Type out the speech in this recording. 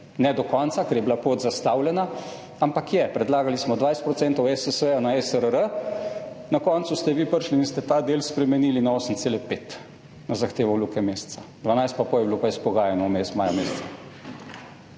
Ne do konca, ker je bila pot zastavljena, ampak je. Predlagali smo 20 % ESS na ESRR, na koncu ste vi prišli in ste ta del spremenili na 8,5 na zahtevo Luke Mesca, 12 pa pol je bilo pa izpogajano vmes meseca